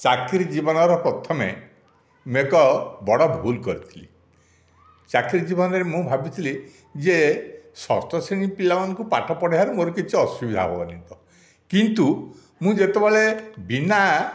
ଚାକିରି ଜୀବନର ପ୍ରଥମେ ମୁଁ ଏକ ବଡ଼ ଭୁଲ କରିଥିଲି ଚାକିରି ଜୀବନରେ ମୁଁ ଭାବିଥିଲି ଯେ ଷଷ୍ଠ ଶ୍ରେଣୀ ପିଲାମାନଙ୍କୁ ପାଠ ପଢ଼ାଇବାରେ ମୋର କିଛି ଅସୁବିଧା ହେବନି ତ କିନ୍ତୁ ମୁଁ ଯେତେବେଳେ ବିନା